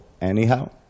anyhow